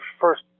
first